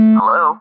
Hello